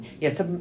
Yes